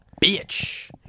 bitch